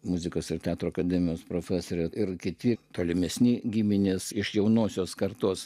muzikos ir teatro akademijos profesorė ir kiti tolimesni giminės iš jaunosios kartos